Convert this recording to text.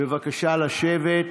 בבקשה לשבת.